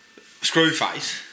Screwface